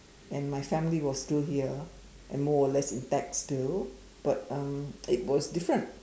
and my family was still here and more or less intact still but um it was different